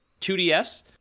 2ds